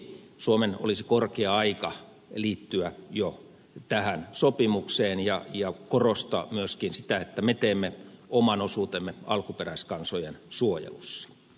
suomen olisi jo korkea aika liittyä tähän sopimukseen ja korostaa myöskin sitä että me teemme oman osuutemme alkuperäiskansojen suojelussa